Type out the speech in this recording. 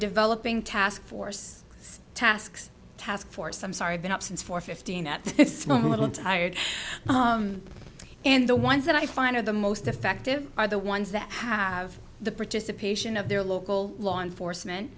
developing task force tasks task force i'm sorry been up since four fifteen at small a little tired and the ones that i find are the most effective are the ones that have the participation of their local law enforcement